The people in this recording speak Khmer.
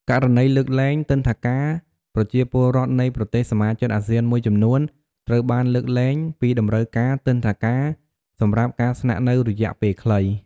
ករណីលើកលែងទិដ្ឋាការប្រជាពលរដ្ឋនៃប្រទេសសមាជិកអាស៊ានមួយចំនួន ត្រូវបានលើកលែងពីតម្រូវការទិដ្ឋាការសម្រាប់ការស្នាក់នៅរយៈពេលខ្លី។